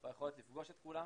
והיכולת לפגוש את כולם,